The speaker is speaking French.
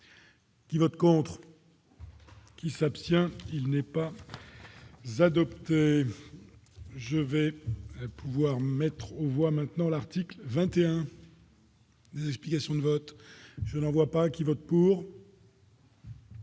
qui vote pour. Qui s'abstient, il n'est pas. Adopté, je vais pouvoir mettre on voit maintenant l'article 21. Les explications de vote, je n'en vois pas qui vote pour.